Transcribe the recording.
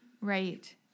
Right